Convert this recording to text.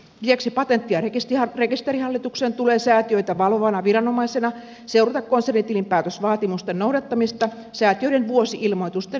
lisäksi patentti ja rekisterihallituksen tulee säätiöitä valvovana viranomaisena seurata konsernitilinpäätösvaatimusten noudattamista säätiöiden vuosi ilmoitusten yhteydessä